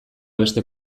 beste